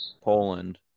Poland